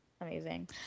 amazing